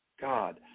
God